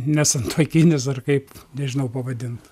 nesantuokinis ar kaip nežinau pavadint